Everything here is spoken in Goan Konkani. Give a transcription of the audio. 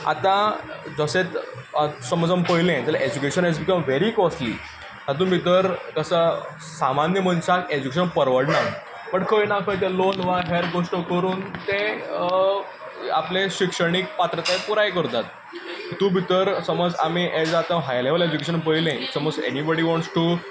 आतां जशें आतां समज आमी पळयलें जाल्यार education has become very costly हातूंत भितर जो आसा सामान्य मनशाक एज्युकेशन परवडना बट खंय ना खंय ते लोन वा हेर गोश्टो करून ते आपले शिक्षणीक पात्रताय पुराय करतात तितूंत भितर समज आमी जर आतां हाय लेव्हल एज्युकेशन पळयलें समज एनीबडी वॉंट्स टू